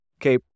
Okay